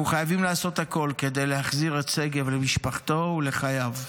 אנחנו חייבים לעשות הכול כדי להחזיר את שגב למשפחתו ולחייו.